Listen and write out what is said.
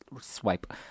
swipe